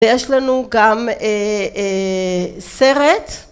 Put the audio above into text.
ויש לנו גם סרט